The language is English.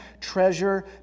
treasure